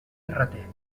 ferrater